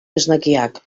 esnekiak